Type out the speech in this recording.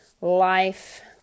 life